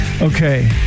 Okay